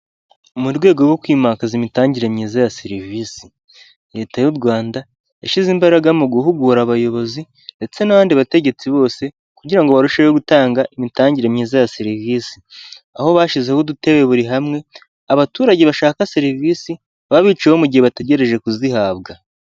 Mu rwego rwo kwimakaza imitangire myiza ya serivisi leta y'u Rwanda yashyize imbaraga mu guhugura abayobozi ndetse n'abandi bategetsi bose kugira ngo barusheho gutanga imitangire myiza ya serivisi aho bashyizeho dutebe buri hamwe abaturage bashaka serivisi baba bicayeho mu gihe bategereje kuzihabwa.